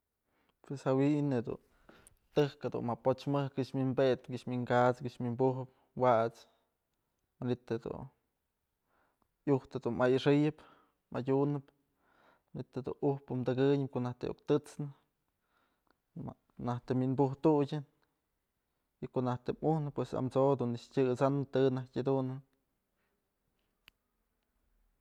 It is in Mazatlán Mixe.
Pues jawi'in jedun tëjk jedun ma pochmëjk këx wi'inped këx wi'inkasëp këx wi'inbujëp wat's manytë jedun iujtë jedun ma i'ixëyëp madyunëp manytë jedun ujpë tëkënyëp konaj të iuk tët'snë najk të wi'inbujtudyë y ko'o najk të mujnë pues amso dun nëkx tyësanë të najtyë jedunën.